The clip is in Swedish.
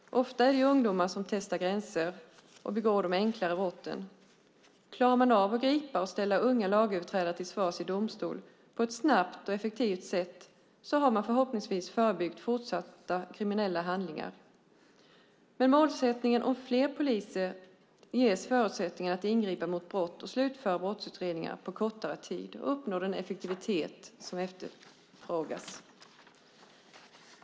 Ofta är det ungdomar som testar gränser och begår de enklare brotten. Klarar man av att gripa unga lagöverträdare och ställa dem till svars i domstol på ett snabbt och effektivt sätt har man förhoppningsvis förebyggt fortsatta kriminella handlingar. Med målsättningen om fler poliser ges förutsättningar för att ingripa mot brott, slutföra brottsutredningar på kortare tid och uppnå den effektivitet som efterfrågas.